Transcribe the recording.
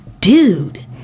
dude